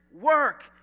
work